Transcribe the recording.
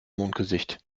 mondgesicht